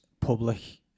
public